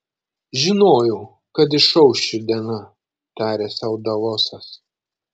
žinojau kad išauš ši diena tarė sau davosas